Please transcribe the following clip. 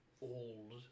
old